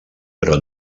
però